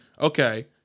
okay